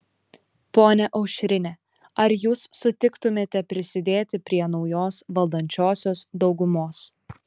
ponia aušrine ar jūs sutiktumėte prisidėti prie naujos valdančiosios daugumos